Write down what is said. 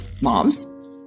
moms